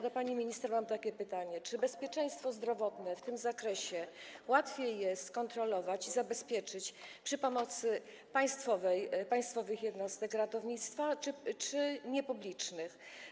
Do pani minister mam takie pytanie: Czy bezpieczeństwo zdrowotne w tym zakresie łatwiej jest kontrolować i zabezpieczyć przy pomocy państwowych jednostek ratownictwa czy niepublicznych?